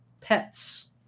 pets